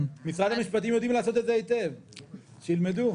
משרד המשפטים יודעים לעשות את זה היטב, שילמדו.